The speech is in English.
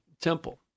temple